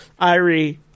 Irie